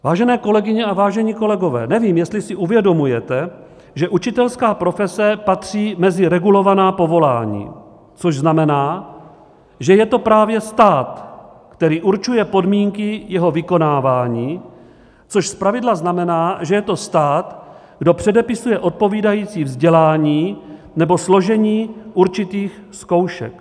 Vážené kolegyně a vážení kolegové, nevím, jestli si uvědomujete, že učitelská profese patří mezi regulovaná povolání, což znamená, že je to právě stát, který určuje podmínky jeho vykonávání, což zpravidla znamená, že je to stát, kdo předepisuje odpovídající vzdělání nebo složení určitých zkoušek.